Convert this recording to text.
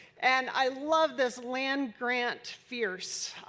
and i love this land grant fierce.